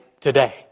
today